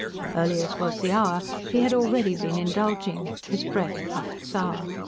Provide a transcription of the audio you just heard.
early as was the hour, he had already been indulging his breath puffed sour.